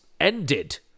ended